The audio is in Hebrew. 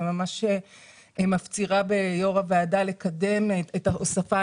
אני ממש מפצירה ביו"ר הוועדה לקדם את ההוספה.